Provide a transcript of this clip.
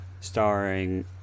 starring